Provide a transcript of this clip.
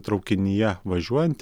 traukinyje važiuojant